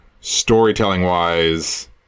storytelling-wise